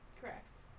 Correct